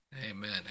Amen